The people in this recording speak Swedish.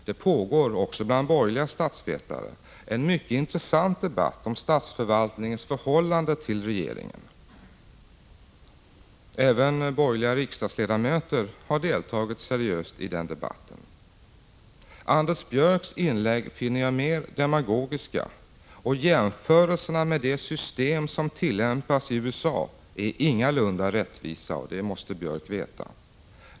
Det pågår, också bland borgerliga statsvetare, en mycket intressant debatt om statsförvaltningens förhållande till regeringen. Även borgerliga riksdagsledamöter har deltagit seriöst i denna debatt. Jag finner Anders Björcks inlägg vara demagogiska. Jämförelserna med det system som tillämpas i USA är ingalunda rättvisa — det måste Björck veta.